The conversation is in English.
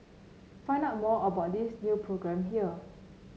find out more about this new programme here